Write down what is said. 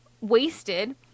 wasted